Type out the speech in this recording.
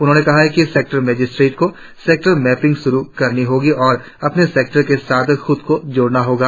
उन्होंने कहा कि सेक्टर मजिस्ट्रेटों को सेक्टर मैपिंग शुरु करनी होगी और अपने सेक्टरों के साथ खुद को जोड़ना होगा